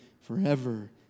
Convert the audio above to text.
forever